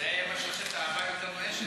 זה מה שעושה את האהבה יותר נואשת.